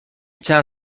چند